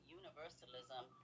universalism